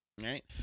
right